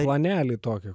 planelį tokį